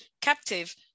captive